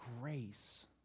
grace